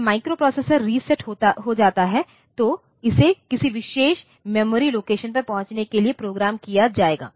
जब microprocessor reset हो जाता है तो इसे किसी विशेष मेमोरी लोकेशन पर पहुंचने के लिए प्रोग्राम किया जाएगा